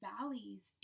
valleys